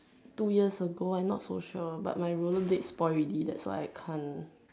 two years ago I not so sure but my rollerblade spoil already that's why I can't